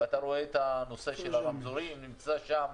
ואתה רואה את הנושא של הזמן על הרמזורים נמצא שם,